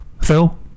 Phil